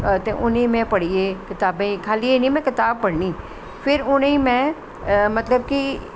ते उनेंगी में पढ़ियै खाली एह् नी कि में कताब पढ़नी फिर उनेंगी में मतलव कि